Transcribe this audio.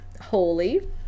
holy